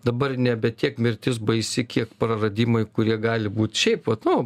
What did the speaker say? dabar nebe tiek mirtis baisi kiek praradimai kurie gali būt šiaip vat nu